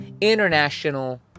International